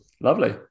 Lovely